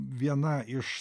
viena iš